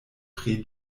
pri